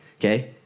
okay